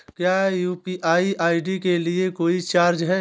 क्या UPI ID के लिए कोई चार्ज है?